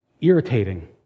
irritating